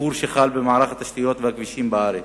השיפור שחל במערך התשתיות והכבישים בארץ.